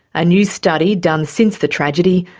a new study, done since the tragedy,